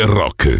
rock